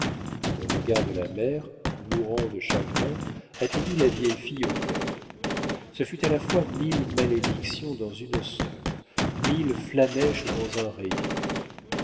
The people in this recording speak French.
le regard de la mère mourant de chagrin atteignit la vieille fille au cœur ce fut à la fois mille malédictions dans une seule mille flammèches dans un rayon